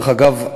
דרך אגב,